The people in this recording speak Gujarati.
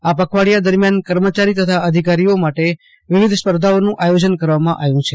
આ પખવાડીયા દરમિયાન કર્મચારી તથા અધિકારીઓ માટે વિવિધ સ્પર્ધાઓનું આયોજન કરવામાં આવ્યું છે